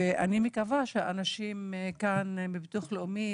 אני מקווה שאנשים כאן בביטוח לאומי,